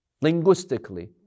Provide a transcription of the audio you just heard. linguistically